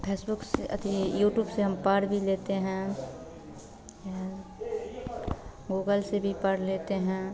Facebook से अथी YouTube से हम पढ़ भी लेते हैं हैं गूगल से भी पढ़ लेते हैं